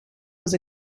was